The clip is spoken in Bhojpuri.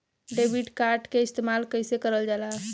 डेबिट कार्ड के इस्तेमाल कइसे करल जाला?